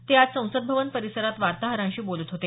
ते आज संसद भवन परिसरात वार्ताहरांशी बोलत होते